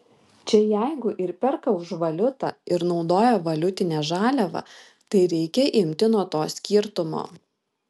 čia jeigu ir perka už valiutą ir naudoja valiutinę žaliavą tai reikia imti nuo to skirtumo